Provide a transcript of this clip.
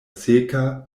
seka